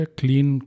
clean